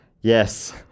yes